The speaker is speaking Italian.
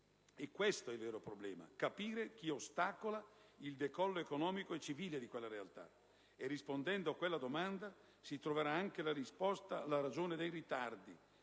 che il vero problema sia capire chi ostacola il decollo economico e civile di quella realtà. Rispondendo a quella domanda si troverà anche la risposta alle ragioni dei ritardi,